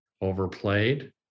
Overplayed